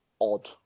odd